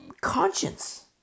conscience